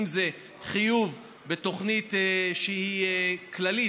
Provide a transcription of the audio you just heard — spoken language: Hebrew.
אם זה חיוב בתוכנית שהיא כללית,